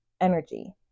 energy